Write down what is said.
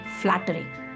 flattering